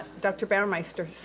dr. bauermeister.